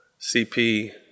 CP –